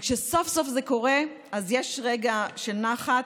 וכשסוף-סוף זה קורה, יש רגע של נחת.